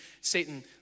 Satan